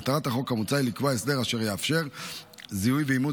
מטרת החוק המוצע היא לקבוע הסדר אשר יאפשר זיהוי ואימות